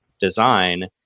design